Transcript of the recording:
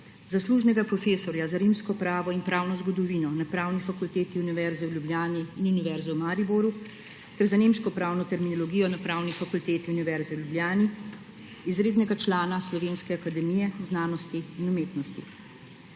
zaslužnega profesorja za rimsko pravo in pravno zgodovino na Pravni fakulteti Univerze v Ljubljani in Univerze v Mariboru ter za nemško pravno terminologijo na Pravni fakulteti Univerze za Ljubljani, izrednega člana Slovenske akademije znanosti in umetnosti.